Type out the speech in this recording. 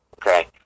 Okay